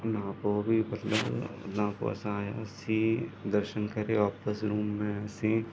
हुन खां पोइ बि मतिलबु अञा पोइ असां आहियासीं दर्शन करे वापसि रूम में आहियासीं